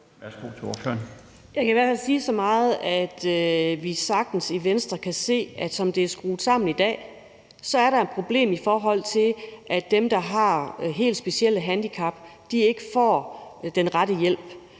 Jeg kan i hvert fald sige så meget, at vi i Venstre sagtens kan se, at som det er skruet sammen i dag, er der et problem, i forhold til at dem, der har helt specielle handicap, ikke får den rette hjælp.